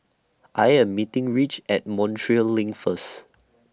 I Am meeting Ridge At Montreal LINK First